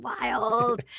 wild